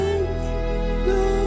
love